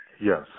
Yes